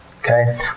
Okay